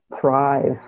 thrive